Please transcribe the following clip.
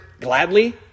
gladly